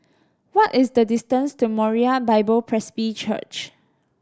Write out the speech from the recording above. what is the distance to Moriah Bible Presby Church